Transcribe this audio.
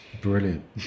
Brilliant